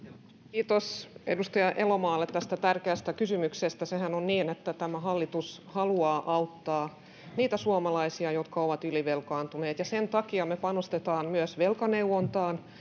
kiitos edustaja elomaalle tästä tärkeästä kysymyksestä sehän on niin tämä hallitus haluaa auttaa niitä suomalaisia jotka ovat ylivelkaantuneet ja sen takia me panostamme velkaneuvontaan